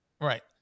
Right